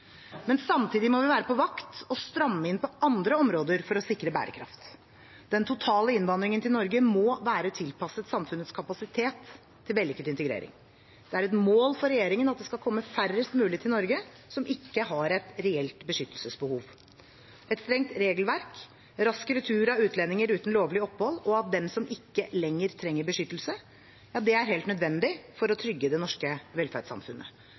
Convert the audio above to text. Samtidig må vi være på vakt og stramme inn på andre områder for å sikre bærekraft. Den totale innvandringen til Norge må være tilpasset samfunnets kapasitet til vellykket integrering. Det er et mål for regjeringen at det skal komme færrest mulig til Norge som ikke har et reelt beskyttelsesbehov. Et strengt regelverk, rask retur av utlendinger uten lovlig opphold og av dem som ikke lenger trenger beskyttelse, er helt nødvendig for å trygge det norske velferdssamfunnet.